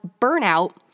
burnout